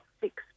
six